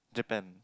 Japan